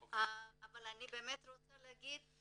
אני באמת רוצה להגיד,